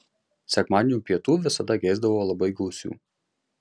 sekmadienio pietų visada geisdavau labai gausių